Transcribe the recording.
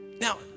Now